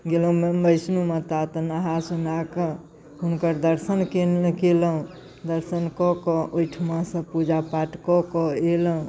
गेलहुँ वैष्णो माता तऽ नहा सोनाकऽ हुनकर दर्शन केलहुँ दर्शन कऽ कऽ ओहिठामसँ पूजा पाठ कऽ कऽ अएलहुँ